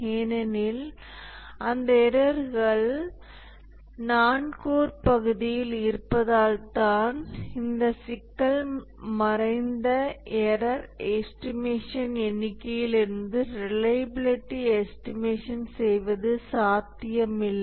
ஏனெனில் அந்த எரர்கள் நான் கோர் பகுதியில் இருப்பதால் தான் இந்த சிக்கல் மறைந்த எரர் எஸ்டிமேஷன் எண்ணிக்கையிலிருந்து ரிலையபிலிட்டி எஸ்டிமேஷன் செய்வது சாத்தியமில்லை